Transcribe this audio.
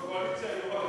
בקואליציה יהיו רק נשים?